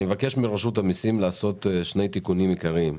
אני מבקש מרשות המסים לעשות שני תיקוני עיקריים.